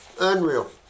unreal